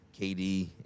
KD